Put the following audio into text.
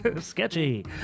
Sketchy